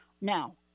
Now